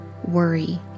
worry